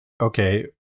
okay